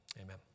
Amen